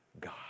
God